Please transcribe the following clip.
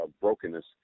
brokenness